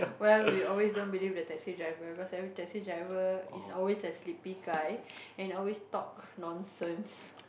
oh ya we always don't believe the taxi driver because every taxi driver is always the sleepy kind and always talk nonsense